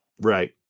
Right